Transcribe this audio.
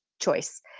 choice